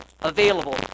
available